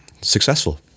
successful